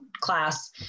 class